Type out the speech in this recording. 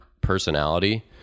personality